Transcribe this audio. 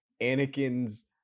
anakin's